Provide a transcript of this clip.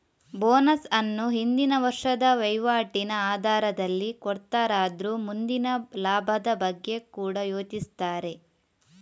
bonus ಅನ್ನು ಹಿಂದಿನ ವರ್ಷದ ವೈವಾಟಿನ ಆಧಾರದಲ್ಲಿ ಕೊಡ್ತಾರಾದ್ರೂ ಮುಂದಿನ ಲಾಭದ ಬಗ್ಗೆ ಕೂಡಾ ಯೋಚಿಸ್ತಾರೆ